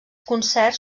concerts